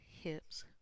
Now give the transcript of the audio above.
hips